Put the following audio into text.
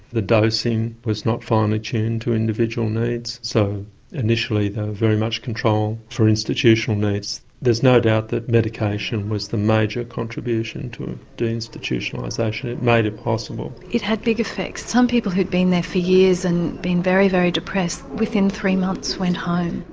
the dosing was not finely tuned to individual needs so initially they were very much controlled for institutional needs. there's no doubt that medication was the major contribution to deinstitutionalisation. it made it possible. it had big effects some people who had been there for years and been very, very depressed within three months went home.